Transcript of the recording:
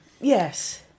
Yes